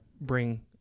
bring